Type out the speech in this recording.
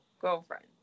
girlfriend